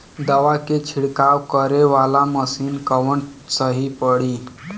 दवा के छिड़काव करे वाला मशीन कवन सही पड़ी?